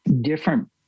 different